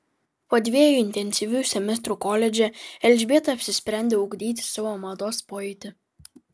po dviejų intensyvių semestrų koledže elžbieta apsisprendė ugdyti savo mados pojūtį